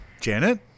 Janet